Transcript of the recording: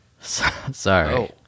sorry